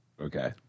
Okay